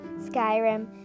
Skyrim